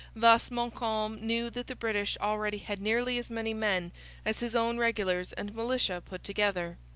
thus montcalm knew that the british already had nearly as many men as his own regulars and militia put together,